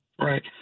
Right